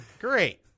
great